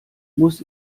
muss